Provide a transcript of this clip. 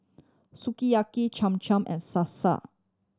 Sukiyaki Cham Cham and Sasa